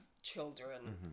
children